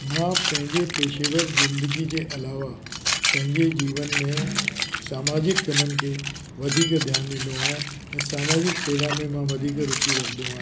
मां पंहिंजे पेशेवर ज़िंदगी जे अलावा पंहिंजे जीवन में समाजिक कमनि खे वधीक ध्यानु ॾींदो आहियां ऐं समाजिक सेवा में मां वधीक रूचि रखंदो आहियां